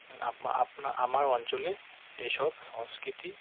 up আপনা আমার অঞ্চলে এসব সংস্কৃতি